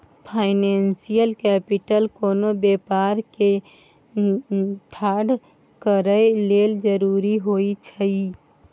financial capital कोनो व्यापार के ठाढ़ करए लेल जरूरी होइ छइ